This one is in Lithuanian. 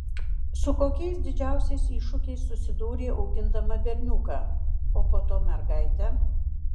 su kokiais didžiausiais iššūkiais susidūrei augindama berniuką o po to mergaitę